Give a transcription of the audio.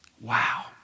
wow